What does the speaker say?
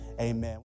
amen